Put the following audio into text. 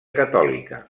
catòlica